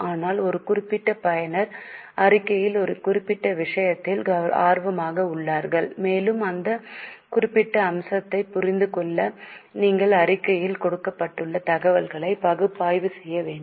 ஆனால் ஒரு குறிப்பிட்ட பயனர் அறிக்கையில் ஒரு குறிப்பிட்ட விஷயத்தில் ஆர்வமாக உள்ளார் மேலும் அந்த குறிப்பிட்ட அம்சத்தைப் புரிந்து கொள்ள நீங்கள் அறிக்கையில் கொடுக்கப்பட்டுள்ள தகவல்களை பகுப்பாய்வு செய்ய வேண்டும்